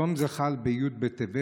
צום זה חל בי' בטבת,